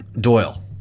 Doyle